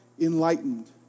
enlightened